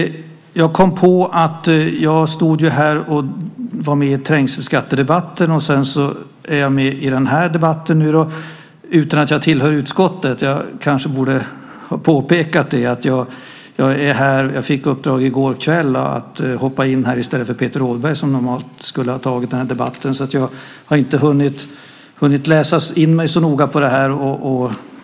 Jag var med i trängselskattedebatten tidigare i dag, och nu är jag med i den här debatten, utan att jag hör till utskottet. Jag kanske borde ha påpekat det. Jag fick uppdraget i går kväll att hoppa in här i stället för Peter Rådberg som normalt skulle ha tagit den här debatten. Jag har inte hunnit läsa in mig så noga på det här.